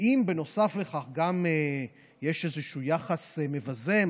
אם נוסף לכך יש גם איזשהו יחס מבזה,